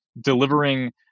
delivering